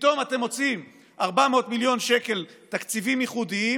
פתאום אתם מוצאים 400 מיליון שקל תקציבים ייחודיים,